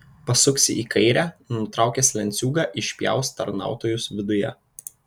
pasuksi į kairę nutraukęs lenciūgą išpjaus tarnautojus viduje